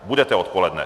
Budete odpoledne?